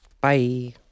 Bye